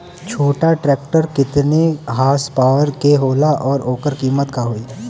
छोटा ट्रेक्टर केतने हॉर्सपावर के होला और ओकर कीमत का होई?